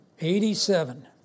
Eighty-seven